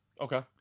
Okay